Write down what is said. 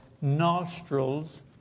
nostrils